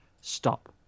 Stop